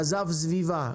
עז"ב סביבה,